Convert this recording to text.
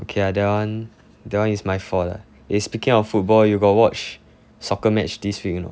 okay lah that one that one is my fault lah eh speaking of football you got watch soccer match this week or not